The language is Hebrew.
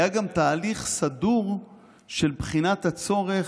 היה גם תהליך סדור של בחינת הצורך,